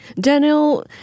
Daniel